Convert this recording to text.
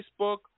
Facebook